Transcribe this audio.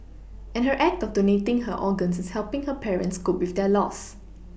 and her act of donating her organs is helPing her parents cope with their loss